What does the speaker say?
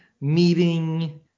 meeting